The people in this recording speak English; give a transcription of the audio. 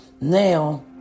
now